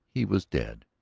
he was dead